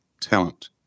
talent